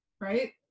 Right